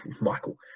Michael